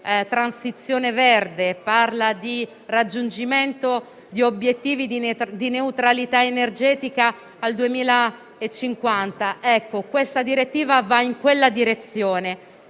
transizione verde, di raggiungimento di obiettivi di neutralità energetica al 2050. Ebbene, questa direttiva va in quella direzione,